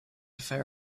fair